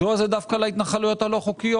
מדוע זה דווקא על ההתנחלויות הלא חוקיות?